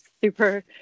super